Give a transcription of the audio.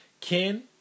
Ken